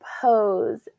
pose